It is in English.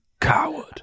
coward